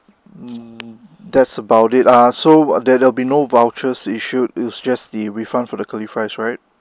mm that's about it ah so there'll be no vouchers issued it's just the refund for the curly dries right